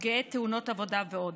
נפגעי תאונות עבודה ועוד.